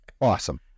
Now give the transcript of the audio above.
Awesome